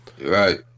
right